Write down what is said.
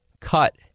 cut